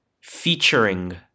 featuring